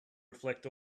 reflect